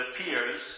appears